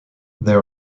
there